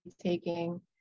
taking